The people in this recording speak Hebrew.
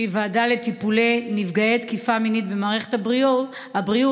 שהיא ועדה לטיפול בנפגעי תקיפה מינית במערכת הבריאות,